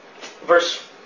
verse